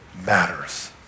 matters